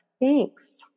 thanks